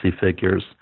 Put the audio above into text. figures